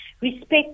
Respect